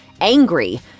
angry